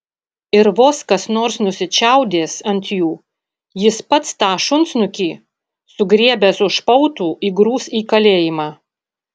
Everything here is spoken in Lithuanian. ir vos kas nors nusičiaudės ant jų jis pats tą šunsnukį sugriebęs už pautų įgrūs į kalėjimą